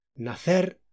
Nacer